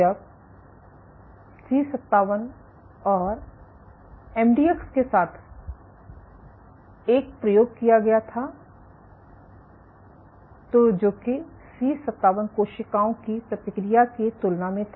जब सी57और एमडीएक्स के साथ एक ही प्रयोग किया गया था तो जो कि सी57 कोशिकाओं की प्रतिक्रिया की तुलना में था